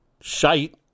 shite